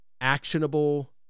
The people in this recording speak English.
actionable